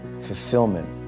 fulfillment